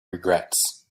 regrets